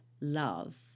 love